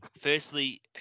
Firstly